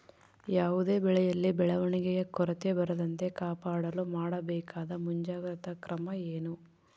ಯಾವುದೇ ಬೆಳೆಯಲ್ಲಿ ಬೆಳವಣಿಗೆಯ ಕೊರತೆ ಬರದಂತೆ ಕಾಪಾಡಲು ಮಾಡಬೇಕಾದ ಮುಂಜಾಗ್ರತಾ ಕ್ರಮ ಏನು?